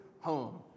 home